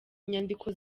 inyandiko